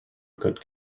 good